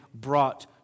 brought